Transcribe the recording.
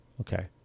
Okay